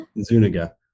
Zuniga